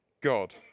God